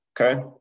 okay